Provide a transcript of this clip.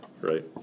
right